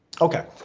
Okay